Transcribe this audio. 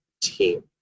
team